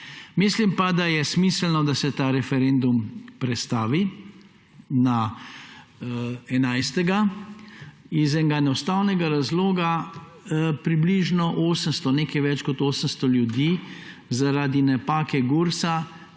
Mislim pa, da je smiselno, da se ta referendum prestavi na 11. iz enega enostavnega razloga. Za približno 800, nekaj več kot 800 ljudi, zaradi napake Gursa